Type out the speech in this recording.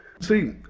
See